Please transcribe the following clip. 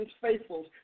faithfuls